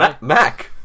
Mac